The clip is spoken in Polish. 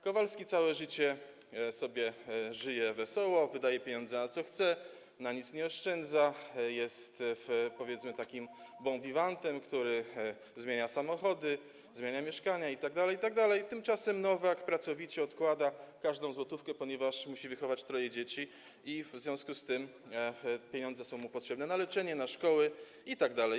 Kowalski całe życie żyje sobie wesoło, wydaje pieniądze, na co chce, na nic nie oszczędza, jest, powiedzmy, takim bon vivantem, który zmienia samochody, zmienia mieszkania itd., itd. Tymczasem Nowak pracowicie odkłada każdą złotówkę, ponieważ musi wychować troje dzieci i w związku z tym pieniądze są mu potrzebne na leczenie, na szkoły itd.